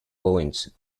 points